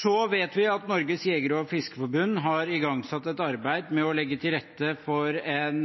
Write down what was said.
Så vet vi at Norges Jeger- og Fiskerforbund har igangsatt et arbeid med å legge til rette for en